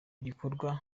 gikorwa